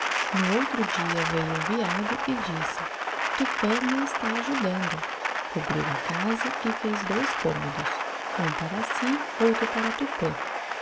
no outro dia veio o veado e disse tupã me está ajudando cobriu a casa e fez dois commodos um para si outro para tupã